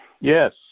Yes